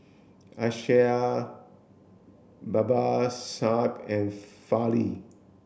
Akshay Babasaheb and Fali